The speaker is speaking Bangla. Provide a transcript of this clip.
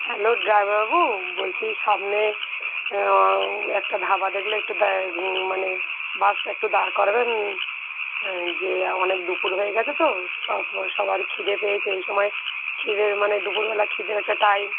হ্যালো ড্রাইভারবাবু বলছি সামনে একটা ধাবা দেখলে একটু দাঁ মানে বাস একটু দাঁড় করাবেন যে অনেক দুপুর হয়ে গিয়েছে তো সব সবার খিদে পেয়েছে এই সময় খিদের মানে দুপুরবেলা খিদের একটা টাইম